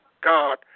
God